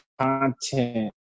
content